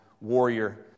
warrior